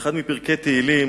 באחד מפרקי תהילים